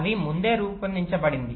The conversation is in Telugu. అవి ముందే రూపొందించబడింది